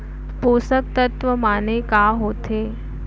पोसक तत्व माने का होथे?